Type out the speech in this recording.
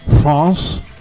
France